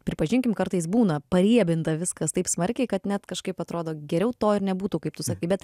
pripažinkim kartais būna pariebinta viskas taip smarkiai kad net kažkaip atrodo geriau to ir nebūtų kaip tu sakai bet